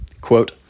Quote